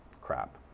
crap